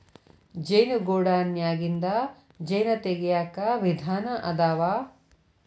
ಜೇನು ಗೂಡನ್ಯಾಗಿಂದ ಜೇನ ತಗಿಯಾಕ ವಿಧಾನಾ ಅದಾವ